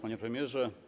Panie Premierze!